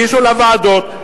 הגישו לוועדות,